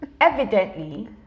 evidently